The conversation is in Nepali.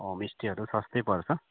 होमस्टेहरू सस्तै पर्छ